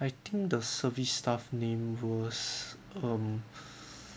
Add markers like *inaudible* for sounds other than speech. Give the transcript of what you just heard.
I think the service staff name was um *breath*